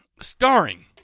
Starring